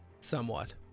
Somewhat